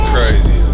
Crazy